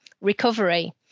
recovery